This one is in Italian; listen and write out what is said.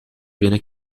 viene